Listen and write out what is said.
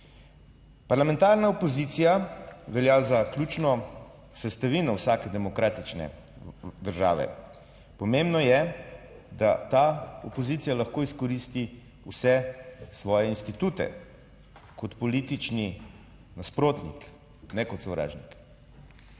Parlamentarna opozicija velja za ključno sestavino vsake demokratične države. Pomembno je, da ta opozicija lahko izkoristi vse svoje institute kot politični nasprotnik, ne kot sovražnik.